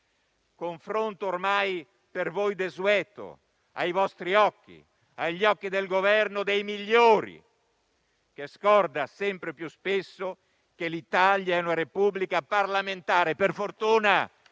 Confronto ormai a voi desueto, ai vostri occhi, agli occhi del Governo dei migliori, che scorda sempre più spesso che l'Italia è una Repubblica parlamentare. Per fortuna